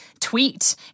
tweet